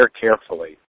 carefully